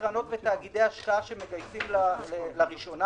לקרנות ותאגידי השקעה שמגייסים לראשונה.